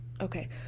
okay